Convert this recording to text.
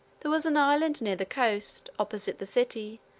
there was an island near the coast, opposite the city,